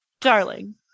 darling